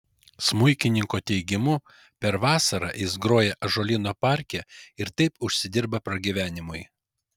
smuikininko teigimu per vasarą jis groja ąžuolyno parke ir taip užsidirba pragyvenimui